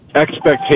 expectation